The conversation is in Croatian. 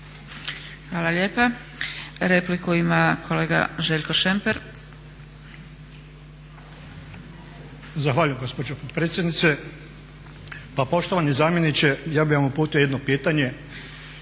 Hvala lijepa. Repliku ima kolega Željko Šemper. **Šemper, Željko (HSU)** Zahvaljujem gospođo potpredsjednice. Pa poštovani zamjeniče ja bih vam uputio jedno pitanje